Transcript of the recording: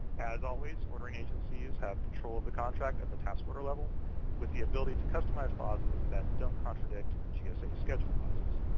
as always, ordering agencies have control of the contract at the task order level with the ability to customize clauses that don't contradict the gsa schedule clauses.